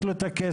יש לו את הכסף,